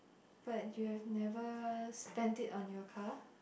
but you've never spent it on your car